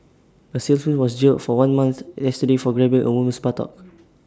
A salesman was jailed for one month yesterday for grabbing A woman's buttock